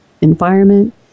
environment